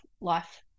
life